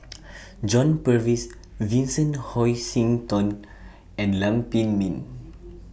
John Purvis Vincent Hoisington and Lam Pin Min